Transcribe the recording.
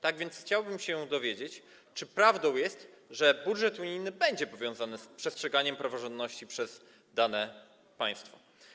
Tak więc chciałbym się dowiedzieć, czy prawdą jest, że budżet unijny będzie powiązany z przestrzeganiem praworządności przez dane państwo.